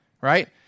right